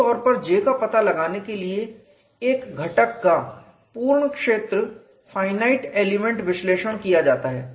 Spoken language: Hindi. आमतौर पर J का पता लगाने के लिए एक घटक का पूर्ण क्षेत्र फाइनाइट एलिमेंट विश्लेषण किया जाता है